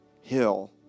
hill